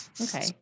okay